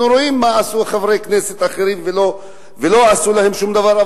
אנחנו רואים מה עשו חברי כנסת אחרים ולא עשו להם שום דבר.